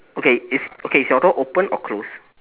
okay is okay is your door open or close